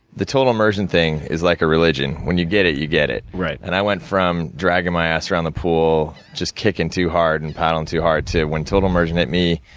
the total immersion thing is like a religion, when you get it, you get it. right. and, i went from dragging my ass around the pool, just kicking too hard and paddling too hard, to, when total immersion hit me,